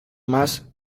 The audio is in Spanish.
más